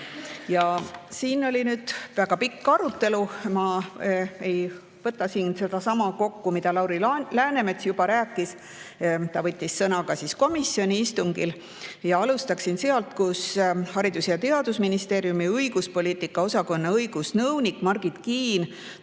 Tomusk. Oli väga pikk arutelu. Ma ei võta siin kokku seda, mida Lauri Läänemets juba rääkis. Ta võttis sõna ka komisjoni istungil. Alustan sealt, kus Haridus‑ ja Teadusministeeriumi õiguspoliitika osakonna õigusnõunik Margit Kiin